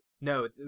No